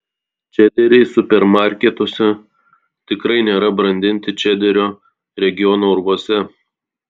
čederiai supermarketuose tikrai nėra brandinti čederio regiono urvuose